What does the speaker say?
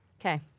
Okay